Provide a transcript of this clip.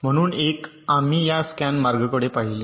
म्हणून एक आम्ही या स्कॅन मार्गकडे पाहिले